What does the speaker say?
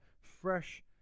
fresh